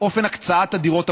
אופן הקצאת הדירות המוזלות.